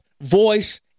voice